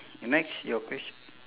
next your question